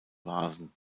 vasen